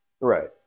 Right